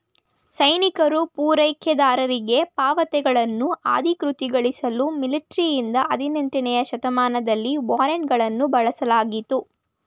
ಸೈನಿಕರು ಪೂರೈಕೆದಾರರಿಗೆ ಪಾವತಿಗಳನ್ನು ಅಧಿಕೃತಗೊಳಿಸಲು ಮಿಲಿಟರಿಯಿಂದ ಹದಿನೆಂಟನೇ ಶತಮಾನದಲ್ಲಿ ವಾರೆಂಟ್ಗಳನ್ನು ಬಳಸಲಾಗಿತ್ತು